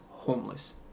homeless